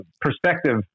perspective